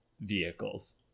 vehicles